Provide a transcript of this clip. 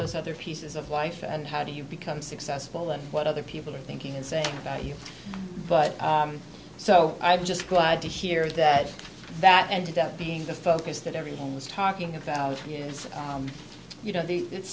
those other pieces of life and how do you become successful and what other people are thinking and saying about you but so i'm just glad to hear that that ended up being the focus that everyone was talking about is you know the